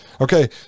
Okay